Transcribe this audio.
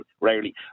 rarely